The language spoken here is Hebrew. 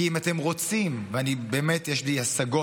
כי אם אתם רוצים, ובאמת יש לי השגות